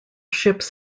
ships